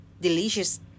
delicious